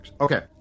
Okay